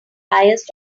highest